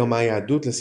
גרמה היהדות לשנאה,